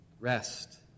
rest